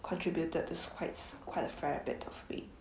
contributed to quite quite a fair bit of weight